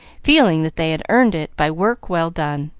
feeling that they had earned it by work well done.